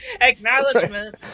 acknowledgement